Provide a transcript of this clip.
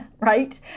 right